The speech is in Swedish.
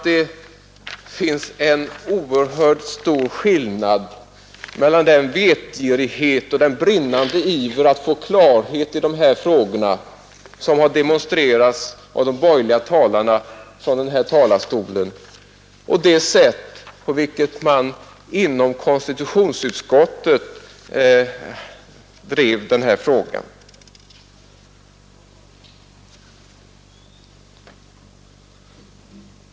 Det finns en oerhört stor skillnad mellan den vetgirighet och den brinnande iver att få klarhet i de här frågorna, som har demonstrerats av de borgerliga talarna från denna talarstol, och det förströdda sätt på vilket man inom konstitutionsutskottet har drivit den här frågan.